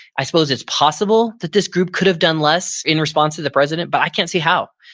i suppose it's possible that this group could have done less in response to the president, but i can't see how.